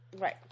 Right